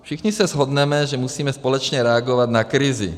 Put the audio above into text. Všichni se shodneme, že musíme společně reagovat na krizi.